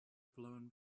blown